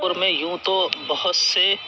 پور میں یوں تو بہت سے